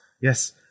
Yes